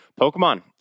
Pokemon